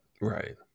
Right